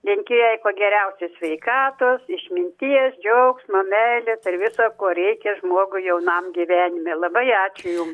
linkiu jai kuo geriausios sveikatos išminties džiaugsmo meilės ir visa ko reikia žmogui jaunam gyvenime labai ačiū jum